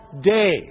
day